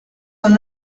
són